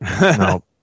No